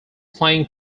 playing